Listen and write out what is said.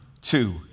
two